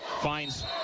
finds